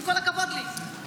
עם כל הכבוד לי.